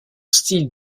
style